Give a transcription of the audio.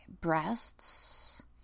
breasts